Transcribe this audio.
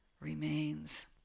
remains